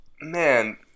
man